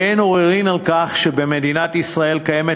ואין עוררין על כך שבמדינת ישראל קיימת